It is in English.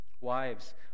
Wives